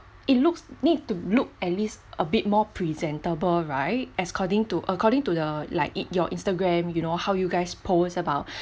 it looks need to look at least a bit more presentable right according to according to the like in your instagram you know how you guys post about